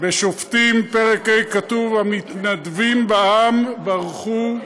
בשופטים פרק ה' כתוב: "המתנדבים בעם ברכו ה'".